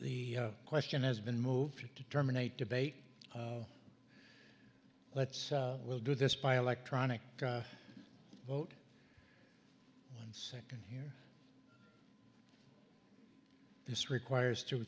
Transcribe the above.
the question has been moved to terminate debate let's we'll do this by electronic vote one second here this requires two